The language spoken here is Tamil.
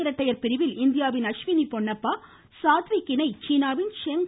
இரட்டையர் பிரிவில் இந்தியாவின் அஸ்வினி பொன்னப்பா சாத்விக் இணை சீனாவின் ஷெங்